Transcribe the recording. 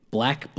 Black